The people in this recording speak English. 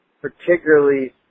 particularly